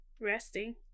resting